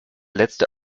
letzte